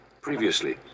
Previously